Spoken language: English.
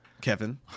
Kevin